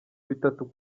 bitatu